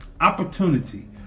Opportunity